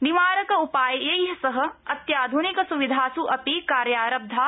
निवारक उपायै सह अत्याध्निक सुविधास् अपि कार्यारब्धा